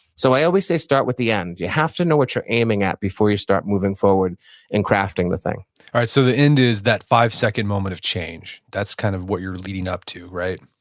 so, i always say start with the end. you have to know what you're aiming at before you start moving forward and crafting the thing all right, so the end is that five-second moment of change. that's kind of what you're leading up to, right?